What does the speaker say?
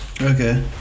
Okay